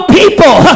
people